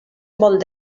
molt